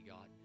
God